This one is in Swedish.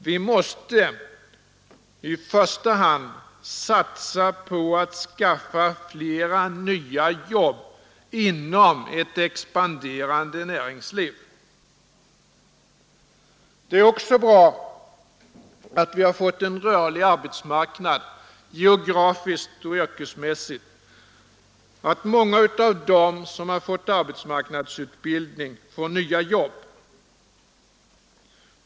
— Vi måste i första hand satsa på att skaffa flera nya jobb inom ett expanderande näringsliv. Det är också bra att vi har fått en rörlig arbetsmarknad, geografiskt och yrkesmässigt, att många av dem som har fått arbetsmarknadsutbildning får nya jobb.